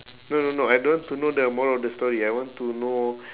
no no no I don't want to know the moral of the story I want to know